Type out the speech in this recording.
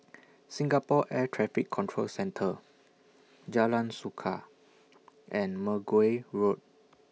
Singapore Air Traffic Control Centre Jalan Suka and Mergui Road